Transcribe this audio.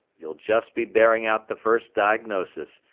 you'll just be bearing out the first diagnosis.